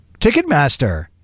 Ticketmaster